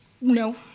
No